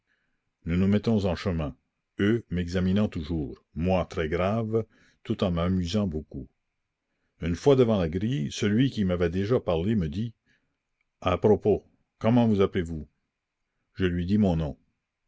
nous nous mettons en chemin eux m'examinant toujours moi très grave tout en m'amusant beaucoup la commune une fois devant la grille celui qui m'avait déjà parlé me dit a propos comment vous appelez-vous je lui dis mon nom